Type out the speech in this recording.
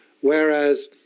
Whereas